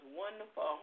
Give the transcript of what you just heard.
wonderful